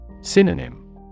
Synonym